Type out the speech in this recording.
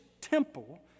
temple